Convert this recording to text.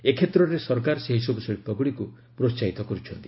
ଏ କ୍ଷେତ୍ରରେ ସରକାର ସେହିସବୁ ଶିଳ୍ପଗୁଡ଼ିକୁ ପ୍ରୋସାହିତ କର୍ ଛନ୍ତି